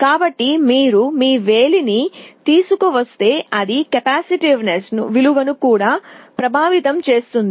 కాబట్టి మీరు మీ వేలిని తీసుకువస్తే అది కెపాసిటెన్స్ విలువను కూడా ప్రభావితం చేస్తుంది